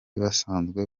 basanzwe